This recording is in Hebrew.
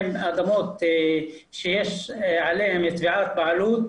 הן אדמות שיש עליהן תביעת בעלות,